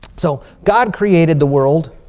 so god created the world